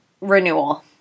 renewal